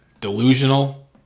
delusional